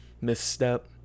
misstep